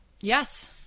yes